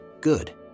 good